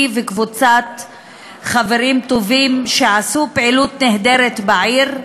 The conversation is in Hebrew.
היא וקבוצת חברים טובים עשו פעילות נהדרת בעיר,